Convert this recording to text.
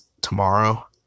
tomorrow